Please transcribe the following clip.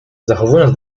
zachowując